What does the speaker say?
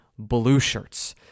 BLUESHIRTS